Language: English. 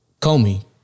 Comey